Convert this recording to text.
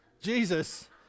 Jesus